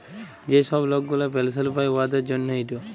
যে ছব লক গুলা পেলসল পায় উয়াদের জ্যনহে ইট